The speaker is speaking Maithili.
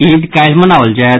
ईद काल्हि मनाओल जायत